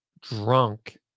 drunk